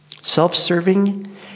Self-serving